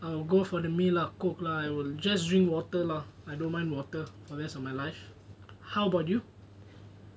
I will go for the meal lah coke lah I will just drink water lah I don't mind water for the rest of my life how about you